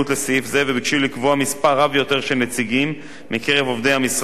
מספר רב יותר של נציגים מקרב עובדי המשרד להגנת הסביבה.